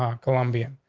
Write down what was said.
um colombian.